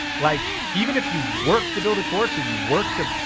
like even if you work to build a course or you work to,